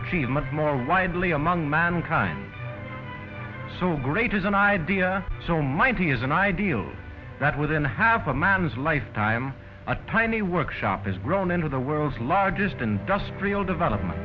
achievement more widely among mankind so great is an idea so mighty as an ideal that within half a man's lifetime a tiny workshop has grown into the world's largest industrial development